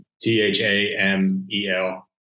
t-h-a-m-e-l